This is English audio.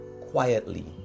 quietly